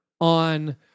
on